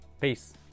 Peace